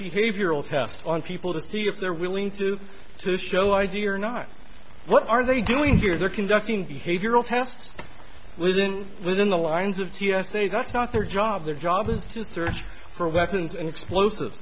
behavioral test on people to see if they're willing to do to show i d or not what are they doing here they're conducting behavioral tests living within the lines of t s a that's not their job their job is to search for weapons and explosives